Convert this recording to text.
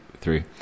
three